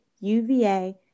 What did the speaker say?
UVA